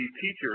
teachers